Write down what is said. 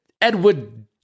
Edward